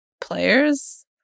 players